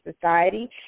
society